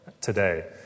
today